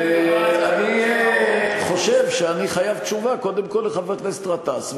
ואני חושב שאני חייב תשובה קודם כול לחבר הכנסת גטאס.